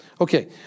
Okay